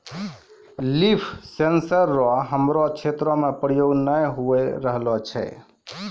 लिफ sensor रो हमरो क्षेत्र मे प्रयोग नै होए रहलो छै